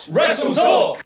WrestleTalk